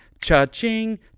cha-ching